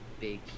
big